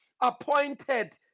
appointed